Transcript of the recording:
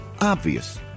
Obvious